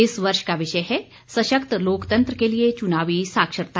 इस वर्ष का विषय है सशक्त लोकतंत्र के लिए चुनावी साक्षरता